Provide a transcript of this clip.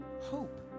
hope